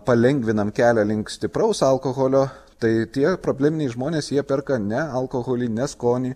palengvinam kelią link stipraus alkoholio tai tie probleminiai žmonės jie perka ne alkoholį ne skonį